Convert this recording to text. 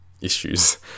issues